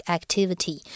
Activity